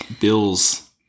Bill's